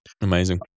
Amazing